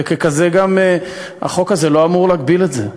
וככזה גם החוק הזה לא אמור להגביל את זה.